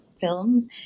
films